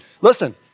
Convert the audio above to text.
listen